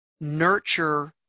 nurture